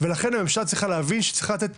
ולכן הממשלה צריכה להבין שהיא צריכה לתת